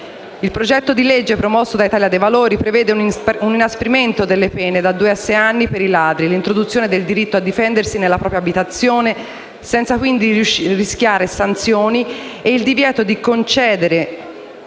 Il progetto di legge promosso da Italia dei Valori prevede un inasprimento delle pene da due a sei anni per i ladri e l'introduzione del diritto a difendersi nella propria abitazione, senza quindi rischiare sanzioni, e il divieto di concedere